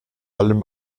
allem